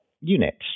units